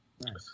Nice